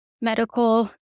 medical